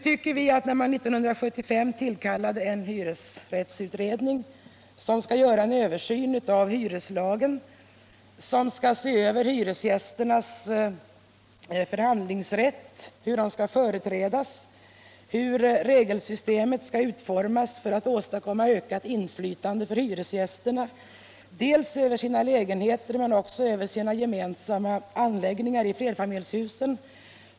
Den 1975 tillkallade hyresrättsutredningen skall göra en översyn av hyreslagen, den skall se över hyresgästernas förhandlingsrätt, hur dessa skall företrädas, hur regelsystemet skall utformas för att åstadkomma ökat inflytande för hyresgästerna, både över sina lägenheter och över sina gemensamma anläggningar i flerfamiljshusen.